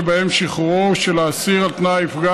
שבהם שחרורו של האסיר על תנאי יפגע